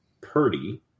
Purdy